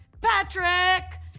Patrick